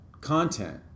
Content